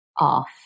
off